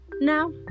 Now